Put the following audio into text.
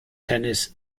tennis